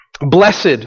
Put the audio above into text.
blessed